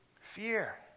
fear